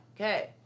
Okay